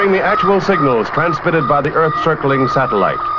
and the actual signals transmitted by the earth's circling satellite,